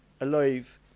alive